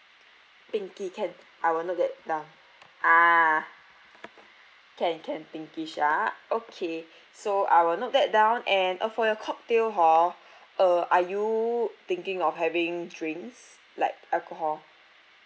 pinky can I will note that down ah can can pinkish ah okay so I will note that down and uh for your cocktail hor uh are you thinking of having drinks like alcohol